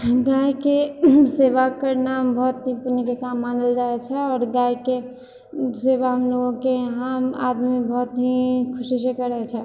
गाइके सेवा करना बहुत ही पुण्यके काम मानल जाए छै आओर गाइके सेवा हम लोकके यहाँ आदमी बहुत ही खुशीसँ करै छै